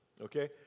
okay